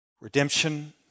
Redemption